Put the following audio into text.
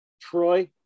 Troy